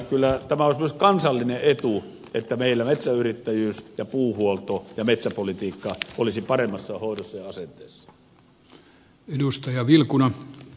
kyllä tämä olisi myös kansallinen etu että meillä metsäyrittäjyys ja puuhuolto ja metsäpolitiikka olisivat paremmassa hoidossa ja asenne olisi parempi